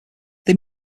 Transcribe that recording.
they